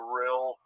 real